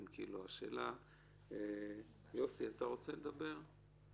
יוסי, אתה רוצה לדבר?